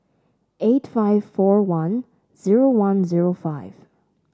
eight five four one zero one zero five